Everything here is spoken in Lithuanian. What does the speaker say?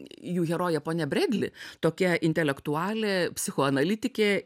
jų herojė ponia bredli tokia intelektualė psichoanalitikė